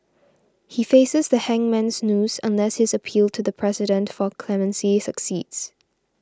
he faces the hangman's noose unless his appeal to the President for clemency succeeds